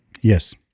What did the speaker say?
Yes